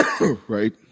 right